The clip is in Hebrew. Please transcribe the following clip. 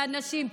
לאנשים,